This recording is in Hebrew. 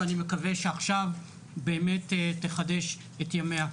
ואני מקווה שעכשיו באמת תחדש את ימיה.